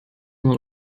nur